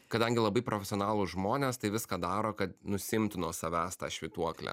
kadangi labai profesionalūs žmonės tai viską daro kad nusiimtų nuo savęs tą švytuoklę